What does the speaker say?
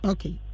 Okay